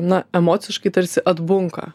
na emociškai tarsi atbunka